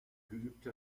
geübte